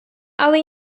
але